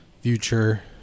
Future